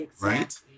right